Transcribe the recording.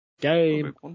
game